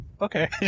okay